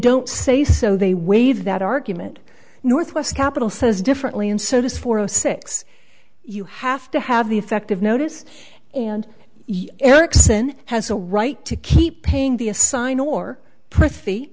don't say so they waive that argument northwest capitol says differently and so does for a six you have to have the effect of notice and erickson has a right to keep paying the assign or proceed